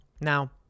Now